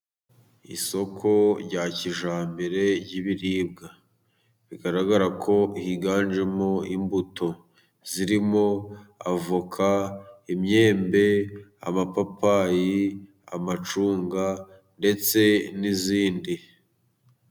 Isoko rya kijambere ry'ibiribwa. Bigaragara ko higanjemo imbuto zirimo:avoka, imyembe, amapapayi, amacunga ndetse n'izindi.